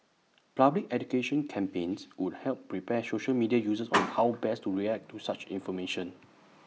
public education campaigns would help prepare social media users on how best to react to such information